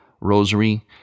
rosary